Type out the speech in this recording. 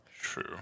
True